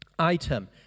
item